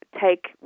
take